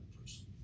person